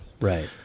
Right